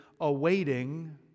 awaiting